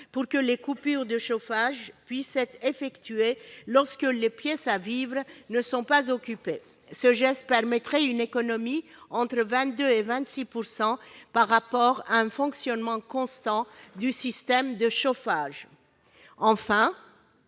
pour que les coupures de chauffage puissent être effectuées lorsque les pièces à vivre ne sont pas occupées. Ce geste permettrait une économie évaluée entre 22 % et 26 % par rapport à un fonctionnement constant du système de chauffage. Enfin,